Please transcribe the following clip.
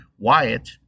Wyatt